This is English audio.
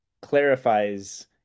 clarifies